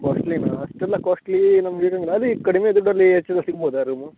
ಕ್ವಾಸ್ಟ್ಲಿನಾ ಅಷ್ಟೆಲ್ಲ ಕ್ವಾಸ್ಟ್ಲಿ ನಮ್ಗೆ ಹೇಗಂದ್ರೆ ಅದು ಈಗ ಕಡಿಮೆ ದುಡ್ಡಲ್ಲಿ ಸಿಗ ಸಿಗ್ಬೋದಾ ರೂಮು